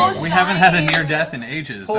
we haven't had a near-death in ages! yeah